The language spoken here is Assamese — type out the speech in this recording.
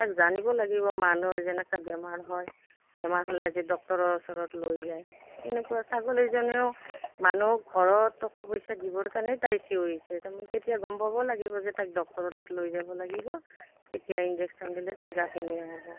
তাক জানিব লাগিব মানুহৰ যেনেকৈ বেমাৰ হয় বেমাৰ হ'লে আজি ডক্টৰৰ ওচৰত লৈ যায় তেনেকুৱা ছাগলীজনীও মানুহক ঘৰত টকা পইচা দিবৰ কাৰণে তাই চিঞৰিছে তাৰমান তেতিয়া গম পাব লাগিব যে তাইক ডক্টৰৰ তাত লৈ যাব লাগিব তেতিয়া ইনজেকশ্যন দিলে তাই গাভিনীয়ে হ'ব